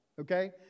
okay